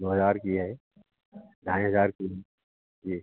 दो हजार की है ढाई हजार की है जी